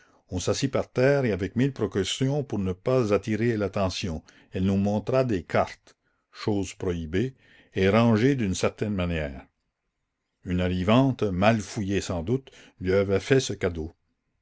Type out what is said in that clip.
on s'assit par terre et avec mille précautions pour ne pas attirer l'attention elle nous montra des cartes chose prohibée et rangées d'une certaine manière une arrivante mal fouillée sans doute lui avait fait ce cadeau